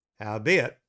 Howbeit